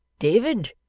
david,